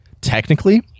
technically